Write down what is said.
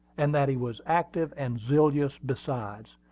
and that he was active and zealous besides.